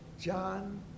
John